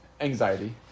Anxiety